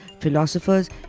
philosophers